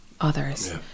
others